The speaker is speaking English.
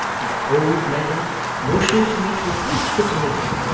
and the old man motioning to me to approach the table,